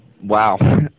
wow